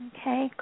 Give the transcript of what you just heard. Okay